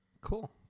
Cool